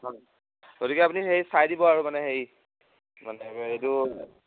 হয় গতিকে আপুনি হেৰি চাই দিব আৰু মানে হেৰি মানে এইটো